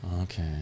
Okay